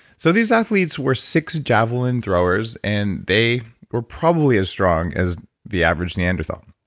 so these athletes were six javelin throwers and they were probably as strong as the average neanderthal